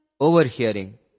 overhearing